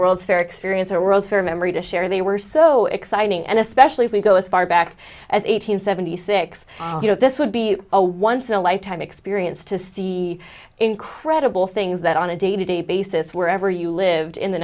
world's fair experience or world's fair memory to share they were so exciting and especially if we go as far back as eight hundred seventy six you know this would be a once in a lifetime experience to see incredible things that on a day to day basis wherever you lived in the